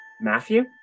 Matthew